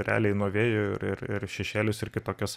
realiai nuo vėjo ir ir ir šešėlius ir kitokias